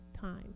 time